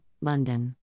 London